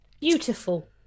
Beautiful